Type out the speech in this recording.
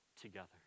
together